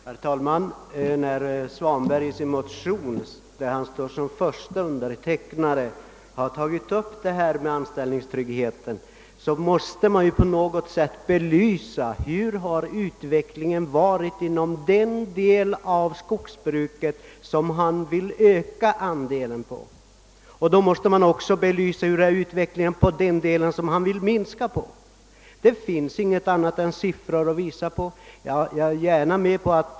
Herr talman! I den motion i vilken herr Svanberg står som första undertecknare tas frågan om anställnings tryggheten upp. Man måste då på något sätt belysa hurudan utvecklingen har varit inom den del av skogsbruket vars andel han vill öka, och man måste också belysa hurudan utvecklingen har varit i den del som han vill minska. Jag vet ingen annan metod att visa detta än att göra det med siffror.